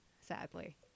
sadly